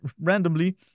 randomly